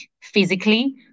physically